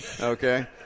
okay